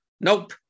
Nope